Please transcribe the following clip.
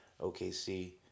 OKC